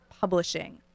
publishing